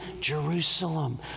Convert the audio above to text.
Jerusalem